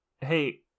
Hey